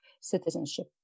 citizenship